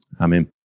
amen